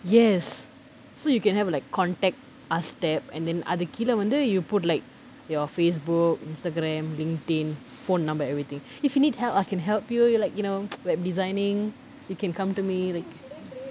yes so you can have like contact hashtag and then அதுக்கீழ வந்து:athukeela vanthu you put like your Facebook Instagram LinkedIn phone number everything if you need help I can help you like you know web designing you can come to me like